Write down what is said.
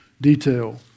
detail